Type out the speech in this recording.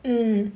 mm